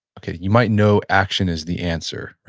okay, you might know action is the answer,